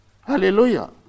Hallelujah